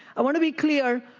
i want to be clear.